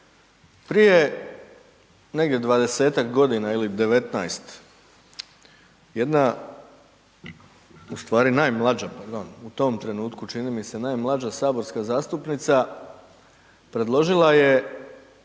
prije negdje 20-tak godina ili 19 jedna u stvari najmlađa, pardon, u tom trenutku čini mi se najmlađa saborska zastupnica predložila je